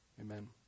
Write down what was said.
Amen